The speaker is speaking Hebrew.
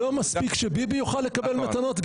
כי לא מספיק שביבי יוכל לקבל מתנות,